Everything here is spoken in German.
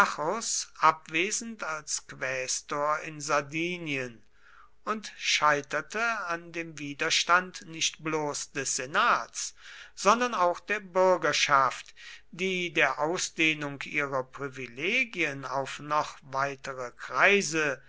abwesend als quästor in sardinien und scheiterte an dem widerstand nicht bloß des senats sondern auch der bürgerschaft die der ausdehnung ihrer privilegien auf noch weitere kreise